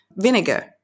vinegar